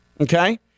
okay